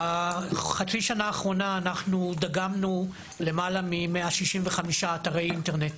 בחצי שנה האחרונה דגמנו 163 אתרי אינטרנט